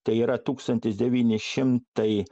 tai yra tūkstantis devyni šimtai